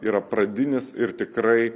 yra pradinis ir tikrai